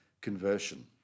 conversion